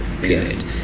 period